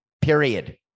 period